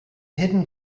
hidden